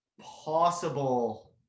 possible